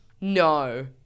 no